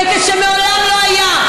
טקס שמעולם לא היה,